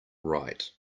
right